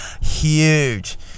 huge